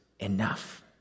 Enough